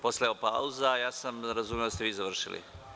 Postojala je pauza i ja sam razumeo da ste vi završili.